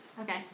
Okay